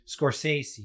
Scorsese